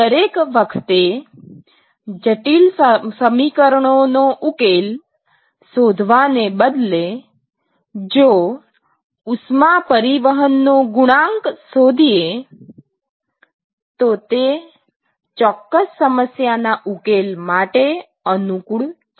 દરેક વખતે જટિલ સમીકરણોનો ઉકેલ શોધવાને બદલે જો ઉષ્મા પરિવહનનો ગુણાંક શોધીએ તો તે ચોક્કસ સમસ્યા ના ઉકેલ માટે અનુકૂળ છે